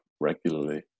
regularly